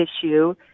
issue